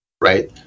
right